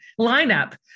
lineup